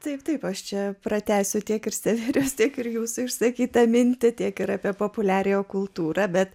taip taip kas čia pratęsiu tiek ir serijos tiek ir jūsų išsakytą mintį tiek ir apie populiariąją kultūrą bet